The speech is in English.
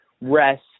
rest